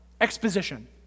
exposition